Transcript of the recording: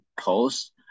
post